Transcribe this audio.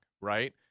right